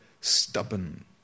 stubborn